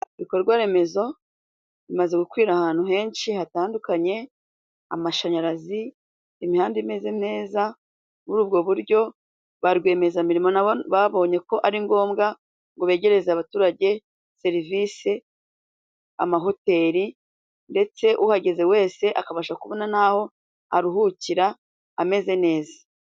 Ibikorwa remezo bimaze gukwira ahantu henshi hatandukanye, amashanyarazi, imihanda imeze neza. Muri ubwo buryo ba rwiyemezamirimo na bo babonye ko ari ngombwa ngo begereza abaturage serivisi amahoteli, ndetse uhageze wese akabasha kubona n'aho aruhukira ameze neza.